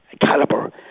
calibre